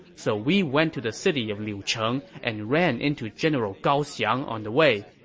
so we went to the city of liucheng and ran into general gao xiang on the way.